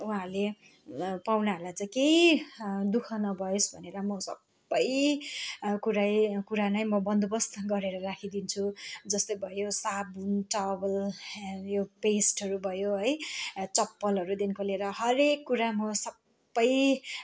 उहाँहरूले पाहुनाहरूलाई चाहिँ केही दुःख नहोस् भनेर म सबै कुरै कुरा नै म बन्दोबस्त गरेर राखिदिन्छु जस्तै भयो साबुन टावेल यो पेस्टहरू भयो है चप्पलहरूदेखिको लिएर हरेक कुरा म सबै